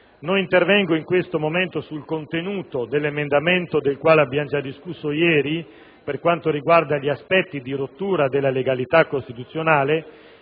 Non mi soffermo in questo momento sul contenuto dell'emendamento, del quale abbiamo già discusso ieri con riferimento agli aspetti di rottura della legalità costituzionale.